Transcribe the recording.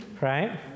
right